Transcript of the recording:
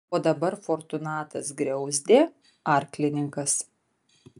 o dabar fortunatas griauzdė arklininkas